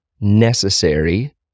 necessary